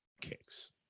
kicks